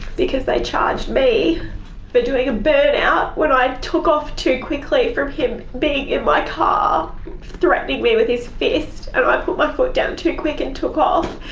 because they charged me for doing a burnout when i took off too quickly from him being in my car threatening me with his fist, and i put my foot down too quick and took off,